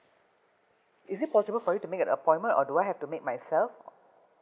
is it possible for you to make an appointment or do I have to make myself